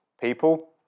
people